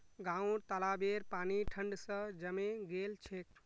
गांउर तालाबेर पानी ठंड स जमें गेल छेक